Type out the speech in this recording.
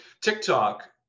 TikTok